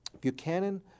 Buchanan